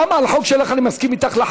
אני מסכים אתך,